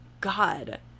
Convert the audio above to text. god